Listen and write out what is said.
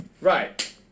Right